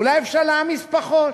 אולי אפשר להעמיס פחות?